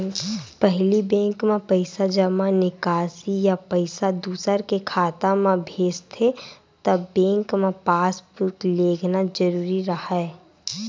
पहिली बेंक म पइसा जमा, निकासी या पइसा दूसर के खाता म भेजथे त बेंक म पासबूक लेगना जरूरी राहय